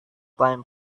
time